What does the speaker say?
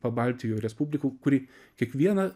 pabaltijo respublikų kuri kiekviena